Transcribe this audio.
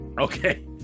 Okay